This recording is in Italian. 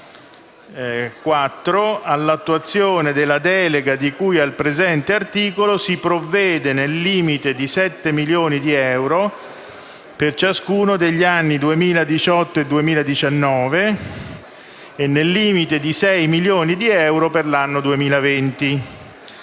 4. All'attuazione della delega di cui al presente articolo si provvede nel limite di 7 milioni di euro per ciascuno degli anni 2018 e 2019 e nel limite di 6 milioni di euro per l'anno 2020.